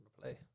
play